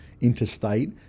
interstate